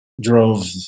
drove